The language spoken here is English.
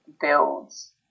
builds